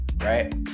right